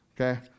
Okay